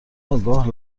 آگاه